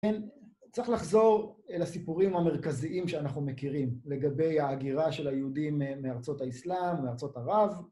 צריך לחזור אל הסיפורים המרכזיים שאנחנו מכירים לגבי ההגירה של היהודים מארצות האסלאם, מארצות ערב.